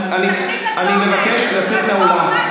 תקשיב לתוכן, אני מבקש לצאת מהאולם.